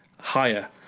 higher